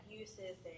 uses